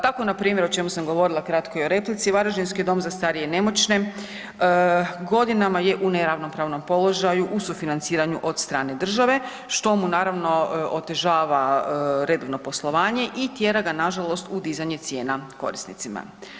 Tako npr., o čemu sam govorila kratko i u replici, varaždinski dom za starije i nemoćne godinama je u neravnomjernom položaju u sufinanciranju od strane države, što mu naravno otežava redovno poslovanje i tjera ga nažalost u dizanje cijena korisnicima.